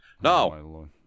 No